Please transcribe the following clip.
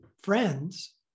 friends